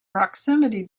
proximity